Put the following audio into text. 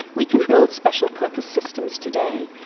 we can build special purpose systems today.